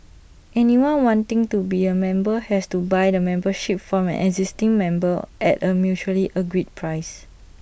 anyone wanting to be A member has to buy the membership from an existing member at A mutually agreed price